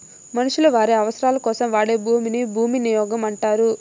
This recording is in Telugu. మనుషులు వారి అవసరాలకోసం వాడే భూమిని భూవినియోగం అంటారు